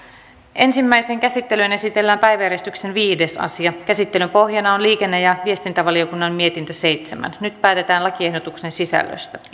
ensimmäiseen käsittelyyn esitellään päiväjärjestyksen viides asia käsittelyn pohjana on liikenne ja viestintävaliokunnan mietintö seitsemän nyt päätetään lakiehdotuksen sisällöstä